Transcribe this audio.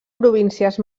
províncies